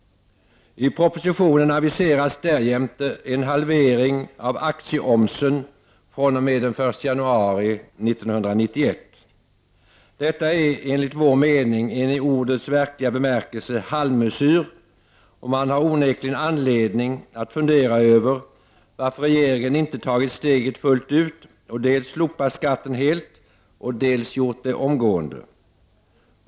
I propositionen aviseras därjämte en halvering av aktieomsen fr.o.m. den 1 januari 1991. Detta är enligt vår mening en, i ordets verkliga bemärkelse, halvmesyr. Man har onekligen anledning att fundera över varför regeringen inte tagit steget fullt ut och dels slopat skatten helt, dels gjort det omgående.